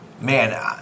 Man